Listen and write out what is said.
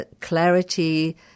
Clarity